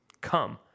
Come